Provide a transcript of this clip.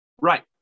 Right